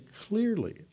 clearly